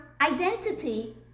identity